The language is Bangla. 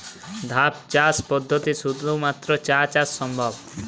ধাপ চাষ পদ্ধতিতে শুধুমাত্র চা চাষ সম্ভব?